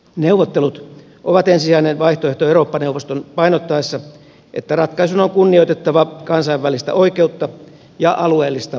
neuvottelut ovat ensisijainen vaihtoehto eurooppa neuvoston painottaessa että ratkaisun on kunnioitettava kansainvälistä oikeutta ja alueellista koskemattomuutta